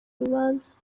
rubanza